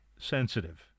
sensitive